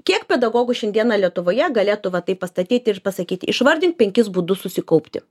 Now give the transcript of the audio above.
kiek pedagogų šiandieną lietuvoje galėtų va taip pastatyti ir pasakyti išvardink penkis būdus susikaupti